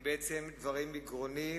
הם בעצם דברים מגרוני,